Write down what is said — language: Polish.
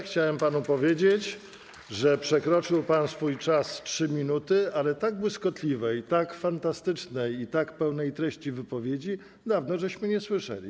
Chciałem panu powiedzieć, że przekroczył pan swój czas 3 minuty, ale tak błyskotliwej, tak fantastycznej i tak pełnej treści wypowiedzi dawno nie słyszeliśmy.